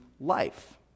life